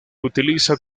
utiliza